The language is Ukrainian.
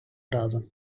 разом